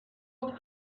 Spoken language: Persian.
گفت